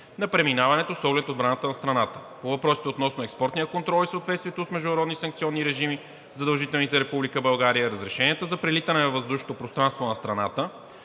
на преминаването с оглед отбраната на страната. По въпросите относно експортния контрол и съответствието с международни санкционни режими, задължителни за Република България, разрешенията за прелитане във въздушното пространство на страната